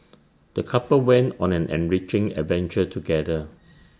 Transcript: the couple went on an enriching adventure together